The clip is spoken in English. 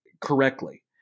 correctly